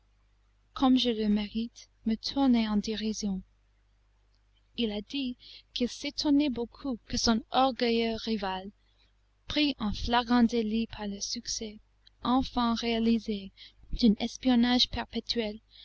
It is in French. comme je le mérite me tourner en dérision il a dit qu'il s'étonnait beaucoup que son orgueilleux rival pris en flagrant délit par le succès enfin réalisé d'un espionnage perpétuel